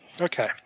Okay